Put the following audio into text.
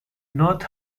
not